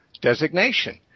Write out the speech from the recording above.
designation